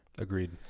Agreed